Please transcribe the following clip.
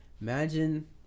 Imagine